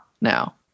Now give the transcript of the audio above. now